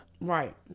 Right